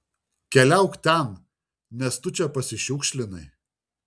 keliauk ten nes tu čia pasišiukšlinai